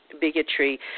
bigotry